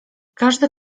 każdy